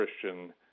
Christian